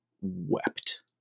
wept